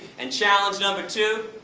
and challenge number two,